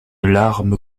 larme